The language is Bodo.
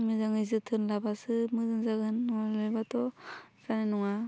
मोजाङै जोथोन लाबासो मोजां जागोन नङाबाथ' जानाय नङा